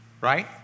right